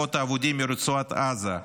חובות אבודים מרצועת עזה,